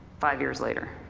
five years later.